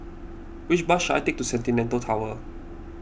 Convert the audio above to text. which bus should I take to Centennial Tower